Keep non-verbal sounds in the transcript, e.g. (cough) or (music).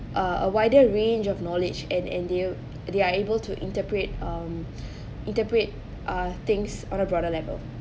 uh a wider range of knowledge and and they'll they're able to interpret um (breath) interpret uh things on a broader level